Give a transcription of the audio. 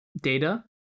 data